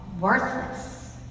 worthless